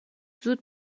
زود